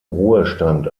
ruhestand